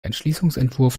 entschließungsentwurf